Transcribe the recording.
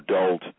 adult